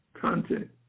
content